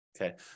Okay